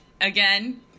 again